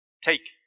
Take